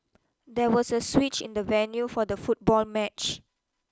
there was a switch in the venue for the football match